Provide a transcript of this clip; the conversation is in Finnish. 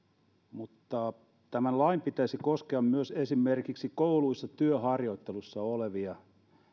mutta tämän lain pitäisi koskea myös esimerkiksi kouluissa työharjoittelussa olevia